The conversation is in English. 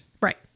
Right